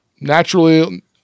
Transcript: Naturally